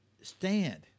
stand